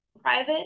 private